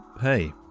hey